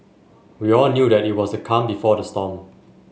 we all knew that it was the calm before the storm